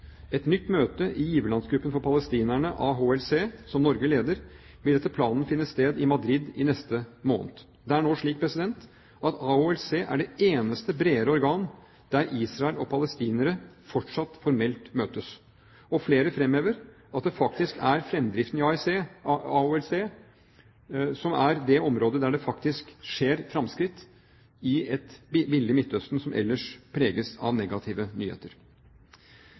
Et nytt møte i giverlandsgruppen for palestinerne, AHLC, som Norge leder, vil etter planen finne sted i Madrid i neste måned. Det er nå slik at AHLC er det eneste bredere organ der Israel og palestinere fortsatt formelt møtes. Flere fremhever at det faktisk er fremdriften i AHLC som er det området der det skjer fremskritt – i et bilde av Midtøsten som ellers preges av negative nyheter.